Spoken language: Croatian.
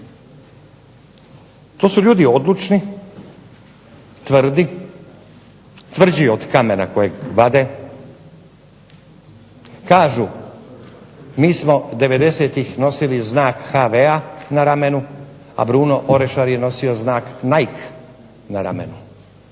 To su ljudi odlučni, tvrdi, tvrđi od kamena kojeg vade. Kažu mi smo 90-tih nosili znak HV-a na ramenu, a Bruno Orešar je nosio znak Nike na ramenu